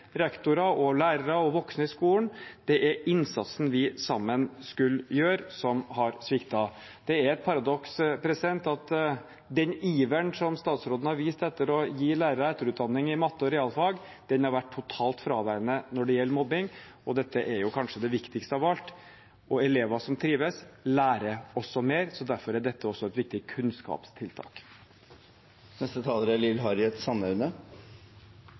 rektorer, lærere og voksne i skolen, det er innsatsen vi skulle gjøre sammen, som har sviktet. Det er et paradoks at iveren som statsråden har vist etter å gi lærere etterutdanning i matte og realfag, har vært totalt fraværende når det gjelder mobbing, og dette er kanskje det viktigste av alt. Elever som trives, lærer mer. Derfor er dette også et viktig